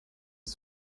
his